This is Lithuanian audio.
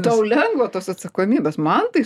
tau lengva tos atsakomybės man tai